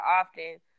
often